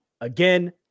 Again